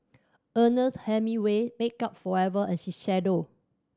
Ernest Hemingway Makeup Forever and Shiseido